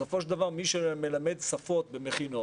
בסופו של דבר מי שמלמד שפות במכינות,